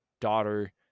daughter